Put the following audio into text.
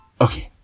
Okay